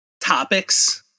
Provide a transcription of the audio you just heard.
topics